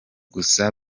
gusa